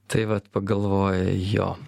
tai vat pagalvoji jo